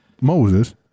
Moses